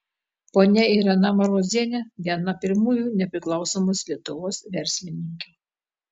ponia irena marozienė viena pirmųjų nepriklausomos lietuvos verslininkių